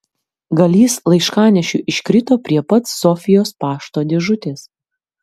gal jis laiškanešiui iškrito prie pat sofijos pašto dėžutės